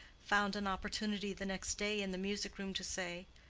found an opportunity the next day in the music-room to say,